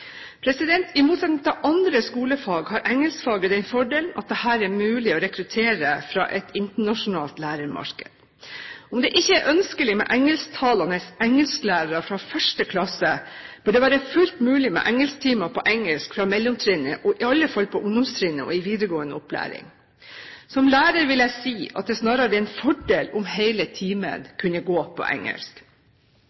I motsetning til andre skolefag har engelskfaget den fordelen at det her er mulig å rekruttere fra et internasjonalt lærermarked. Om det ikke er ønskelig med engelsktalende engelsklærere fra første klasse, bør det være fullt mulig med engelsktimer på engelsk fra mellomtrinnet – og i alle fall på ungdomstrinnet og i videregående opplæring. Som lærer vil jeg si at det snarere er en fordel om hele timen